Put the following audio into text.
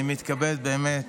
אני מתכבד באמת